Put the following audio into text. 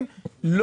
אחד,